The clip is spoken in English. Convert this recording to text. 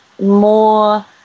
more